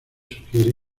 sugiere